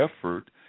effort